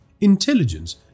Intelligence